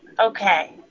Okay